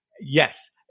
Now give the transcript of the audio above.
Yes